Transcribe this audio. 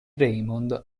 raymond